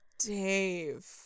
Dave